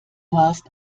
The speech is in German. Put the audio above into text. warst